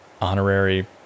honorary